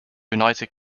united